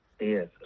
Yes